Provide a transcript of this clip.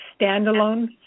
standalone